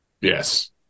Yes